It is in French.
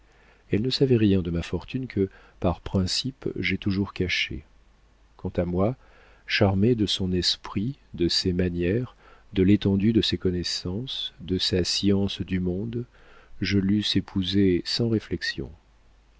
elle ne savait rien de ma fortune que par principe j'ai toujours cachée quant à moi charmé de son esprit de ses manières de l'étendue de ses connaissances de sa science du monde je l'eusse épousée sans réflexion